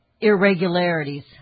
irregularities